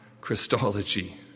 Christology